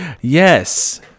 yes